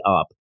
up